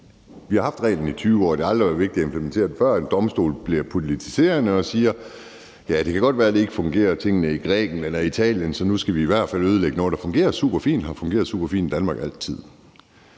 Vi har haft reglen i 20 år, og det har ikke været vigtigt at implementere den, før en domstol blev politiserende og sagde: Ja, det kan godt være, at tingene ikke fungerer i Grækenland eller Italien, så nu skal vi i hvert fald ødelægge noget, der fungerer superfint og har fungeret superfint i Danmark altid.